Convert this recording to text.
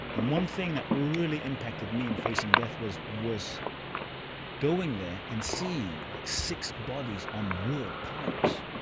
and one thing that really impacted me in facing death was was going there and seeing like six bodies on wood piers